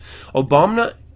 Obama